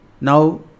now